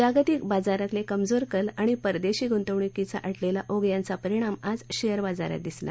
जागतिक बाजारातले कमजोर कल आणि परदेशी गुंतवणुकीचा आटलेला ओघ यांचा परिणाम आज शेअर बाजारात दिसला